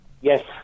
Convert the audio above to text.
Yes